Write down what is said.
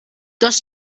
does